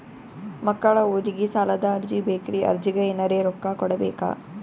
ಮಕ್ಕಳ ಓದಿಗಿ ಸಾಲದ ಅರ್ಜಿ ಬೇಕ್ರಿ ಅರ್ಜಿಗ ಎನರೆ ರೊಕ್ಕ ಕೊಡಬೇಕಾ?